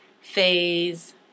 phase